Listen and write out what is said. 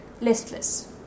listless